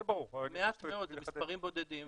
מעט מאוד, זה מספרים בודדים.